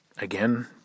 again